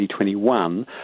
2021